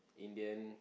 Indian